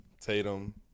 Tatum